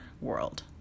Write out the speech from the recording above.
world